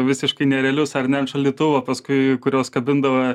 visiškai nerealius ar ne ant šaldytuvo paskui kuriuos kabindavo